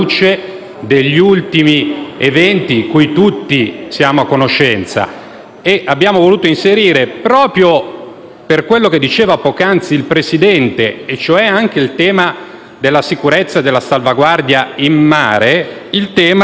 degli ultimi eventi di cui tutti siamo a conoscenza. Abbiamo voluto inserire, proprio per quello che diceva poc'anzi il Presidente sul tema della sicurezza e della salvaguardia in mare,